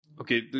Okay